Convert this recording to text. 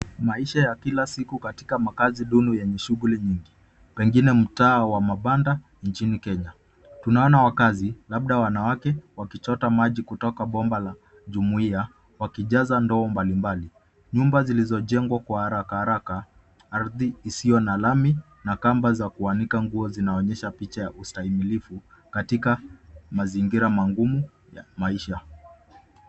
Maisha ya kila siku katika makazi duni yenye shughuli nyingi. Pengine mtaa wa mabanda nchini Kenya. Tunaona wakazi labda wanawake wakichota maji kutoka bomba la jumuia wakijaza ndoo mbalimbali. Nyumba zilizojengwa kwa haraka haraka, ardhi isiyo na lami na kamba za kuanika nguo zinaonyesha picha ya ustahimilifu katika mazingira magumu ya maisha.